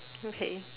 okay